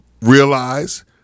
realize